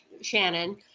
Shannon